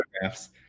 photographs